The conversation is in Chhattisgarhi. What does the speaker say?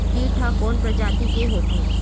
कीट ह कोन प्रजाति के होथे?